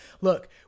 look